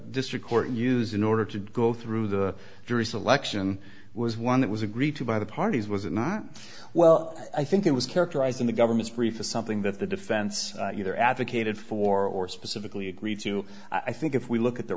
district court used in order to go through the jury selection was one that was agreed to by the parties was it not well i think it was characterized in the government's brief is something that the defense or advocated for or specifically agreed to i think if we look at the